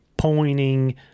Pointing